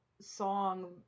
song